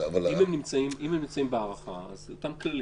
אם הם נמצאים בהארכה, אז אותם כללים.